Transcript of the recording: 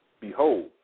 behold